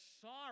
sorry